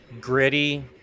gritty